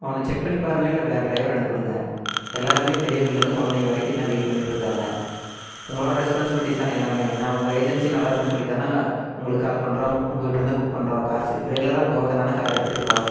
ஒன்று செக் பண்ணிப்பாருங்க இல்லை வேறு ட்ரைவர் அனுப்பிவிடுங்க எல்லாருமே பெரியவங்கள்லேந்து குழந்தைங்க வரைக்கும் இன்னும் வெயிட் பண்ணிட்டுருக்காங்க உங்களோட ரெஸ்பான்ஸ்பிலிட்டிஸ் தானே எல்லாமே நான் உங்கள் ஏஜென்ஸி நல்லா இருக்குன்னு சொல்லித்தானே உங்களுக்கு கால் பண்ணுறேன் உங்கள் உங்கள்கிட்ருந்து புக் பண்ணுறோம் கார்ஸு ரெகுலராக உங்கள் பக்கம் தானே கார் எடுத்துட்டுருக்கோம்